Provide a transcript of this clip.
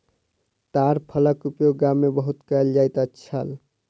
ताड़ फलक उपयोग गाम में बहुत कयल जाइत छल